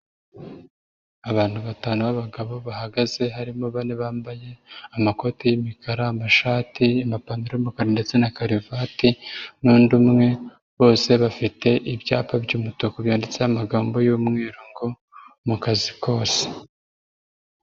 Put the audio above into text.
Abantu batanu b'abagabo bahagaze harimo bane bambaye amakoti y'imikara, amashati, amapantaro y'umukara ndetse na karuvati n'undi umwe, bose bafite ibyapa by'umutuku byanditseho amagambo y'umweru ngo mu kazi kose.